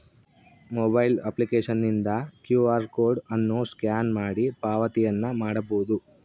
mobile ಅಪ್ಲಿಕೇಶನ್ನಿಂದ Q R code ಅನ್ನು scan ಮಾಡಿ ಪಾವತಿಯನ್ನ ಮಾಡಬೊದು